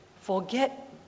Forget